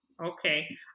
Okay